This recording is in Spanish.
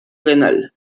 renal